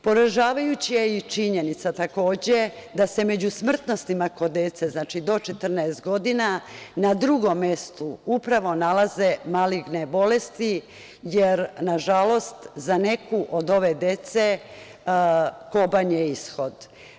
Poražavajuća je i činjenica takođe da se među smrtnostima kod dece, do 14 godina, na drugom mestu upravo nalaze maligne bolesti, jer nažalost za neku od ove dece koban je ishod.